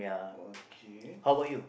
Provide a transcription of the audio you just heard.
okay